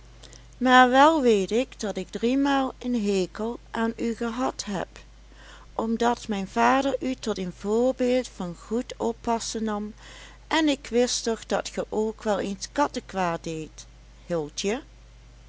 maar wel weet ik dat ik driemaal een hekel aan u gehad heb omdat mijn vader u tot een voorbeeld van goed oppassen nam en ik wist toch dat ge ook wel eens kattekwaad deedt hildje